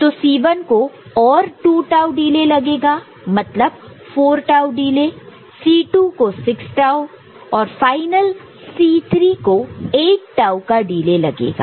तो C1 को और 2 टाऊ लगेगा मतलब 4 टाऊ C2 को 6 टाऊ और फाइनल C3 को 8 टाऊ लगेगा